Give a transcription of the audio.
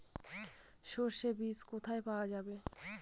সর্ষে বিজ কোথায় পাওয়া যাবে?